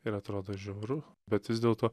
ir atrodo žiauru bet vis dėlto